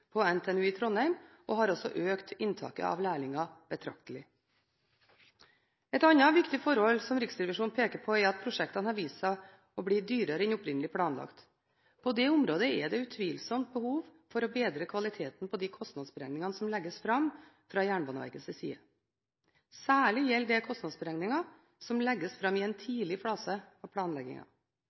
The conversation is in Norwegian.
viktig forhold som Riksrevisjonen peker på, er at prosjektene har vist seg å bli dyrere enn opprinnelig planlagt. På det området er det utvilsomt behov for å bedre kvaliteten på de kostnadsberegningene som legges fram fra Jernbaneverkets side. Særlig gjelder det kostnadsberegninger som legges fram i en tidlig fase av